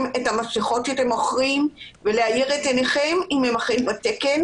את המסכות שאתם מוכרים ולהאיר את עיניכם אם הם אכן בתקן.